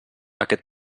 aquest